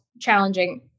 challenging